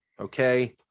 okay